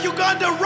Uganda